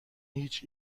هیچ